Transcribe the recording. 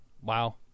Wow